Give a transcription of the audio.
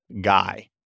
guy